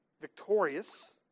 victorious